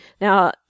Now